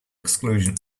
exclusion